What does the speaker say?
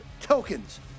tokens